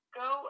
go